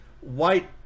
White